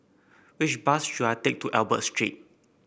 which bus should I take to Albert Street